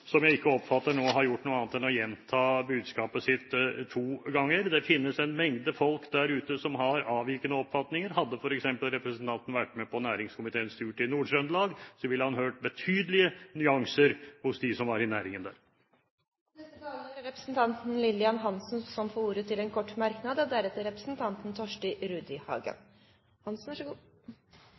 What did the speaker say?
Aasland, som jeg oppfatter nå ikke har gjort noe annet enn å gjenta budskapet sitt to ganger. Det finnes en mengde folk der ute som har avvikende oppfatninger. Hadde f.eks. representanten vært med på næringskomiteens tur til Nord-Trøndelag, ville han hørt betydelige nyanser hos dem som var i næringen der. Representanten Lillian Hansen har hatt ordet to ganger tidligere og får ordet til en kort merknad, begrenset til 1 minutt. Er det noe jeg ikke liker, så